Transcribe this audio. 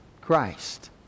Christ